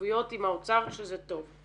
חיוביות עם האוצר שזה טוב.